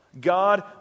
God